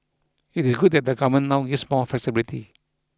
it is good that the Government now gives more flexibility